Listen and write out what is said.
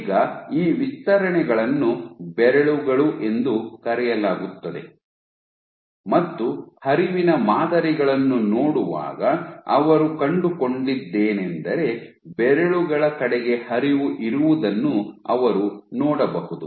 ಈಗ ಈ ವಿಸ್ತರಣೆಗಳನ್ನು ಬೆರಳುಗಳು ಎಂದು ಕರೆಯಲಾಗುತ್ತದೆ ಮತ್ತು ಹರಿವಿನ ಮಾದರಿಗಳನ್ನು ನೋಡುವಾಗ ಅವರು ಕಂಡುಕೊಂಡದ್ದೇನೆಂದರೆ ಬೆರಳುಗಳ ಕಡೆಗೆ ಹರಿವು ಇರುವುದನ್ನು ಅವರು ನೋಡಬಹುದು